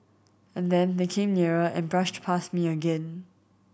and then they came nearer and brushed past me again